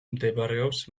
მდებარეობს